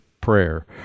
prayer